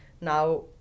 Now